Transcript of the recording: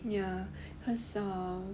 ya cause err